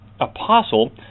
apostle